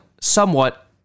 somewhat